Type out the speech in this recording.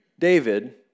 David